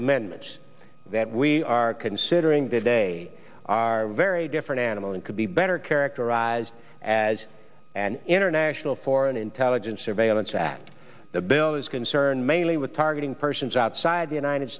amendments that we are considering that day are very different animal and could be better characterized as an international foreign intelligence surveillance act the bill is concerned mainly with targeting persons outside the united